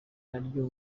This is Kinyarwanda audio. naryo